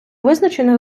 визначених